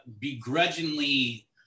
begrudgingly